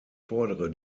fordere